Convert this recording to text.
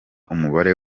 umubare